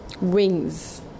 wings